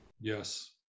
Yes